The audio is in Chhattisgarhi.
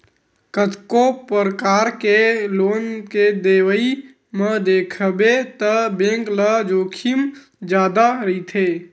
कतको परकार के लोन के देवई म देखबे त बेंक ल जोखिम जादा रहिथे